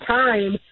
time